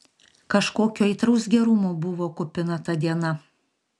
kažkokio aitraus gerumo buvo kupina ta diena